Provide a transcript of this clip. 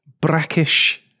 brackish